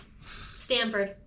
Stanford